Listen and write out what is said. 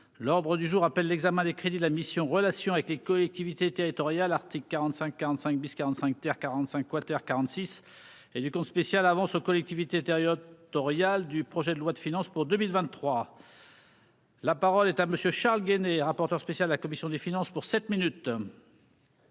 l'ordre du jour appelle l'examen des crédits de la mission Relations avec les collectivités territoriales Arctique 45 45 bis 45 terre 45 quater 46 et du compte spécial avances aux collectivités périodes tutorial du projet de loi de finances pour 2023. La parole est à monsieur Charles Guené, rapporteur spécial de la commission des finances pour sept minutes.